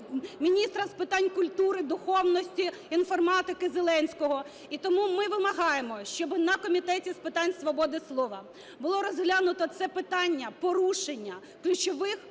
міністра з питань культури, духовності, інформатики Зеленського. І тому ми вимагаємо, щоб на Комітеті з питань свободи слова було розглянуто це питання – порушення ключових